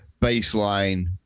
baseline